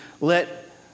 let